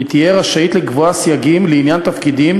היא תהיה רשאית לקבוע סייגים לעניין תפקידים